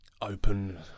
open